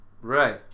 Right